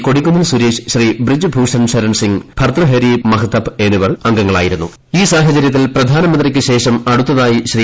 കൊടിക്കുന്നിൽ സുരേഷ് ശ്രീ ബ്രിജ് ഭൂഷൺ ശരൺസിംഗ് ഭർതൃഹരി മഹ്തബ് എന്നിവർ അംഗങ്ങളായിരുന്നു ഈ സാഹചര്യത്തിൽ പ്രധാനമന്ത്രിക്ക് ശേഷം അടുത്തതായി ശ്രീ